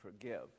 forgive